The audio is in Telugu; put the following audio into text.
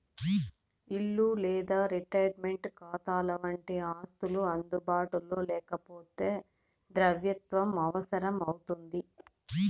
ఇల్లు లేదా రిటైర్మంటు కాతాలవంటి ఆస్తులు అందుబాటులో లేకపోతే ద్రవ్యత్వం అవసరం అవుతుంది